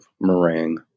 meringue